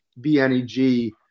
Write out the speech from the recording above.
BNEG